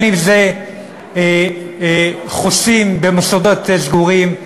אם חוסים במוסדות סגורים,